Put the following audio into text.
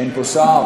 אין פה שר?